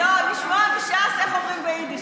לשמוע מש"ס איך אומרים ביידיש.